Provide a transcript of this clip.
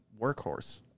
workhorse